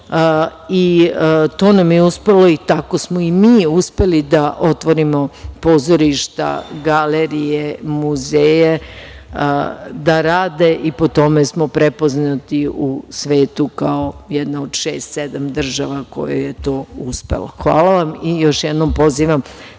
To nam je uspelo i tako smo i mi uspeli da otvorimo pozorišta, galerije, muzeje, da rade i po tome smo prepoznati u svetu kao jedna od šest, sedam država kojoj je to uspelo. Hvala vam i još jednom pozivam